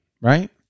Right